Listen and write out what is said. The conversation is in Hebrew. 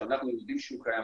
ואנחנו יודעים שהוא קיים,